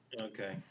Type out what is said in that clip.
Okay